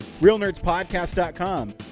realnerdspodcast.com